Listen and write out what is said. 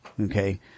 okay